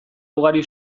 ugari